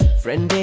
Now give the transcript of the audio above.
friend.